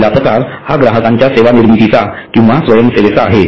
पहिला प्रकार हा ग्राहकांच्या सेवा निर्मितीचा किंवा स्वयंसेवेचा आहे